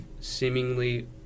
seemingly